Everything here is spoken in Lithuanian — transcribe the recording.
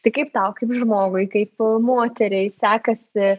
tai kaip tau kaip žmogui kaip moteriai sekasi